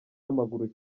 w’amaguru